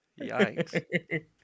Yikes